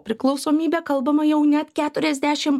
kopriklausomybę kalbama jau net keturiasdešimt